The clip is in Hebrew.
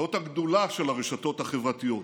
זאת הגדולה של הרשתות החברתיות,